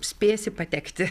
spėsi patekti